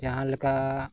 ᱡᱟᱦᱟᱸ ᱞᱮᱠᱟ